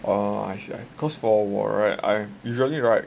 orh I see I cause for 我 right I usually right